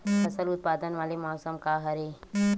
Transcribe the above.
फसल उत्पादन वाले मौसम का हरे?